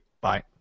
bye